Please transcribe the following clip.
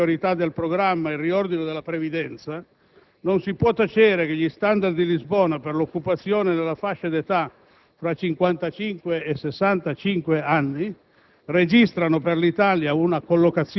Quando si assume fra le priorità del programma il riordino della previdenza, non si può tacere che gli *standard* di Lisbona per l'occupazione nella fascia d'età fra 55 e 65 anni